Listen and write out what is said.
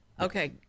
okay